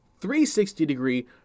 360-degree